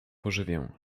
pożywię